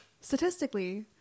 Statistically